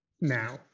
now